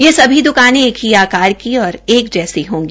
ये सभी दकानें एक ही आकार की एक जैसी होगी